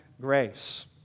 grace